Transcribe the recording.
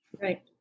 right